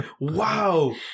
Wow